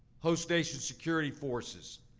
host nation security forces,